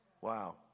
wow